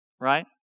right